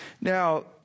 Now